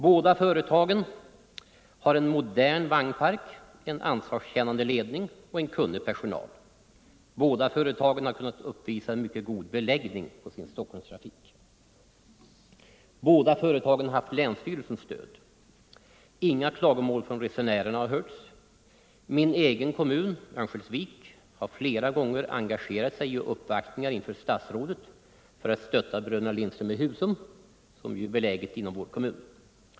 Båda företagen har en modern vagnpark, en ansvarskännande ledning och en kunnig personal. Båda företagen har kunnat uppvisa en mycket god beläggning på sin Stockholmstrafik. Båda företagen har haft länsstyrelsens stöd. Inga klagomål från resenärerna har hörts. Min egen kommun, Örnsköldsvik, har flera gånger engagerat sig i uppvaktningar inför statsrådet för att stötta Bröderna Lindström i Husum, som ligger inom vår kommun.